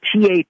TAP